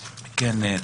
כן.